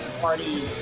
party